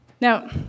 Now